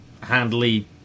handily